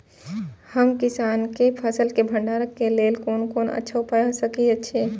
हम किसानके फसल के भंडारण के लेल कोन कोन अच्छा उपाय सहि अछि?